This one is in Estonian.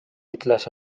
ütles